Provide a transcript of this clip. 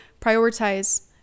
prioritize